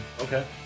Okay